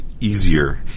easier